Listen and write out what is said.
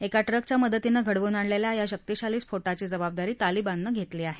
एका ट्रकच्या मदतीनं घडवून आणलेल्या या शक्तिशाली स्फोटाची जबाबदारी तालिबाननं घेतली आहे